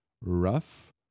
rough